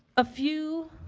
a few